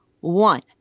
one